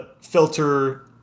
filter